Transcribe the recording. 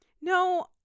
No